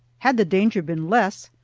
had the danger been less,